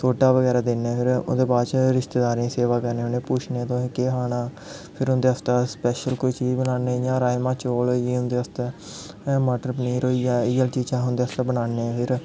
सूटा बगैरा दिन्ने फिर ओह्दे बाद रिश्तेदारें दी सेवा करने होन्ने पुच्छने तुसें केह् खाना फिर उं'दै आस्तै स्पैशल कोई चीज़ बनाने जि'यां राजमाह् चौल होई गे उं'दै आस्तै मटर पनीर होई गेआ इ'यै लेईयां चीजां बनाने उंदै आस्तै फिर